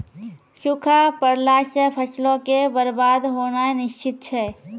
सूखा पड़ला से फसलो के बरबाद होनाय निश्चित छै